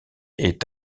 est